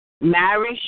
marriage